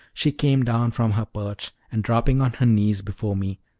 she came down from her perch, and, dropping on her knees before me,